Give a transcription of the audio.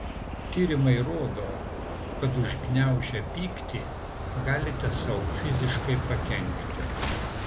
tyrimai rodo kad užgniaužę pyktį galite sau fiziškai pakenkti